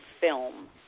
film